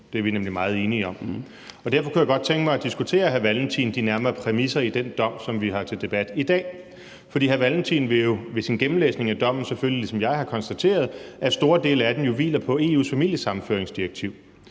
Det er vi nemlig meget enige om. Derfor kunne jeg godt tænke mig at diskutere de nærmere præmisser i den dom, som vi har til debat i dag, med hr. Carl Valentin. Hr. Carl Valentin vil jo ved sin gennemlæsning af dommen selvfølgelig – ligesom jeg har konstateret – se, at store dele af den hviler på EU's familiesammenføringsdirektiv,